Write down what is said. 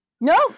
No